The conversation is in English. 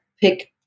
pick